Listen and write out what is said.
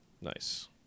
Nice